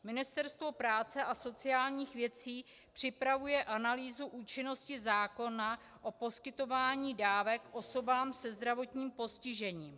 Ministerstvo práce a sociálních věcí připravuje analýzu účinnosti zákona o poskytování dávek osobám se zdravotním postižením.